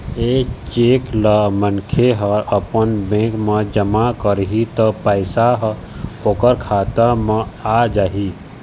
ए cheque ल मनखे ह अपन बेंक म जमा करही त पइसा ह ओखर खाता म आ जाही